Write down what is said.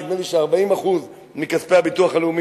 נדמה לי ש-40% מכספי הביטוח הלאומי